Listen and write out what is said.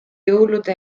jõulude